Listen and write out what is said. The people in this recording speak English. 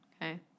okay